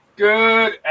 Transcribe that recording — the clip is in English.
good